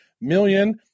million